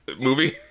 movie